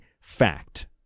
fact